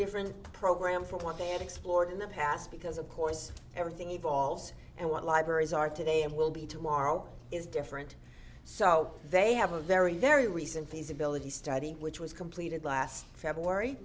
different program for what they had explored in the past because of course everything evolves and what libraries are today and will be tomorrow is different so they have a very very recent feasibility study which was completed last february